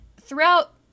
throughout